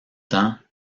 temps